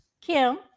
Kim